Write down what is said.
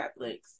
Netflix